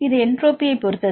இது என்ட்ரோபியை பொறுத்தது